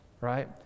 Right